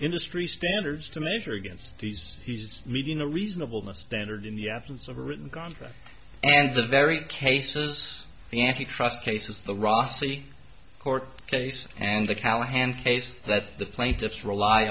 industry standards to measure against these he's reading a reasonable must stand in the absence of a written contract and the very cases the antitrust case is the rossi court case and the callahan case that the plaintiffs rely